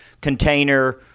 container